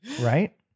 Right